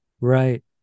Right